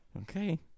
Okay